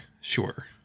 sure